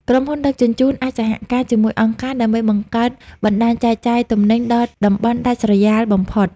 ក្រុមហ៊ុនដឹកជញ្ជូនអាចសហការជាមួយអង្គការ ដើម្បីបង្កើតបណ្ដាញចែកចាយទំនិញដល់តំបន់ដាច់ស្រយាលបំផុត។